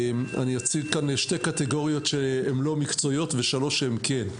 אני אציג כאן שתי קטגוריות שהן לא מקצועיות ושלוש שהן כן.